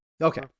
Okay